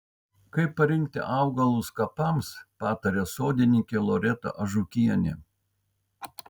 kaip parinkti augalus kapams pataria sodininkė loreta ažukienė